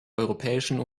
europäischen